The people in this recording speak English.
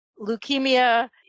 Leukemia